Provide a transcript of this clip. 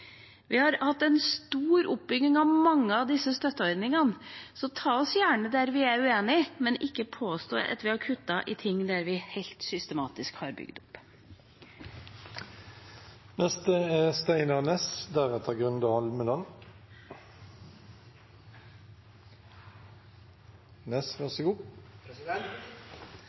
vi har hatt en stor oppbygging av mange av disse støtteordningene. Ta oss gjerne der vi er uenige, men ikke påstå at vi har kuttet i ting der vi helt systematisk har bygd